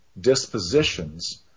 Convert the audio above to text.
dispositions